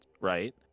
Right